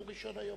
הוא ראשון היום,